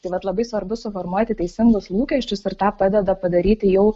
tai vat labai svarbu suformuoti teisingus lūkesčius ir tą padeda padaryti jau